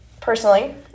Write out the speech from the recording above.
personally